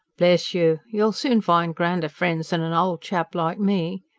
bless you! you'll soon find grander friends than an old chap like me.